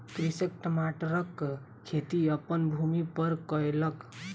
कृषक टमाटरक खेती अपन भूमि पर कयलक